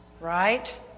right